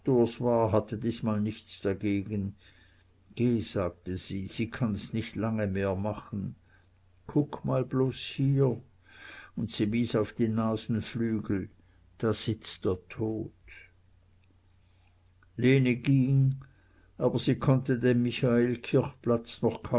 hatte diesmal nichts dagegen geh sagte sie sie kann's nicht lange mehr machen kuck bloß mal hier und sie wies auf die nasenflügel da sitzt der dod lene ging aber sie konnte den michaelkirchplatz